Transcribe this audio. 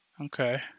Okay